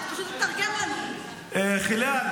בסדר,